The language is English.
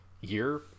year